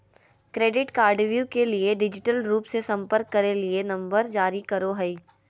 credit card view के लिए digital रूप से संपर्क करे के लिए नंबर जारी करो हइ